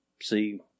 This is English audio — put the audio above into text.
see